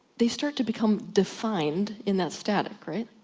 they start to become defined in that static right?